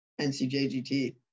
NCJGT